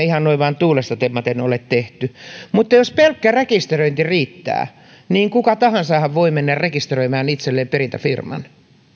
ihan noin vain tuulesta temmaten ole tehty mutta jos pelkkä rekisteröinti riittää niin kuka tahansahan voi mennä rekisteröimään itselleen perintäfirman